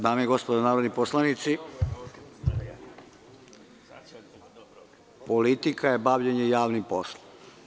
Dame i gospodo narodni poslanici, politika je bavljenje javnim poslom.